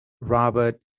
Robert